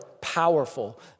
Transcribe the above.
powerful